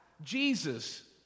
Jesus